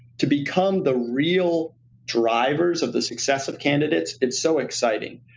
to become the real drivers of the success of candidates, it's so exciting.